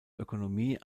ökonomie